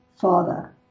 Father